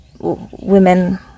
women